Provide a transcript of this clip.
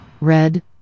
red